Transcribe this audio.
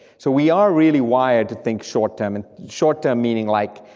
so we are really wired to think short-term, and short-term meaning like,